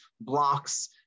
blocks